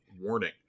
warning